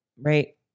right